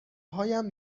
هایم